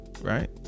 Right